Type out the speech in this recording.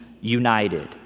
united